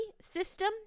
system